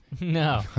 No